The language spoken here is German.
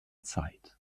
zeit